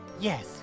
Yes